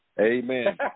Amen